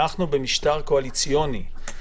אנחנו במשטר קואליציוני.